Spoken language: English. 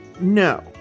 No